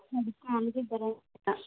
ಅದಕ್ಕೆ ಅಲ್ಲಿಗೆ ಬರಣ ಅಂತ